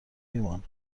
ایمان